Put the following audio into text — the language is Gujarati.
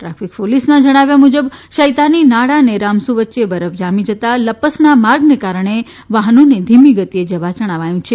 ટ્રાફિક પોલિસના જણાવ્યા મુજબ શૈતાની નાળા અને રામસુ વચ્ચે બરફ જામી જતાં લપસણા માર્ગને કારણે વાહનોને ધીમીગતિએ જવા જણાવાયું છે